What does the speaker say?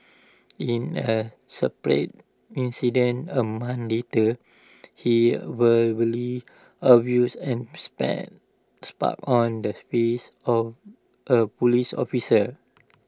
in A separate incident A month later he verbally abused and spat spot on the face of A Police officer